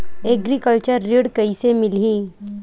Agriculture ऋण कइसे मिलही?